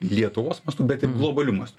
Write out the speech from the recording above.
lietuvos mastu bet ir globaliu mastu